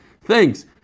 Thanks